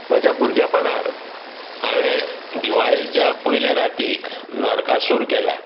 म्हज्या भुरग्यापणांत हांवें दिवाळेच्या पयल्या रातीक नारकासूर केला